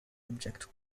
object